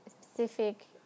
specific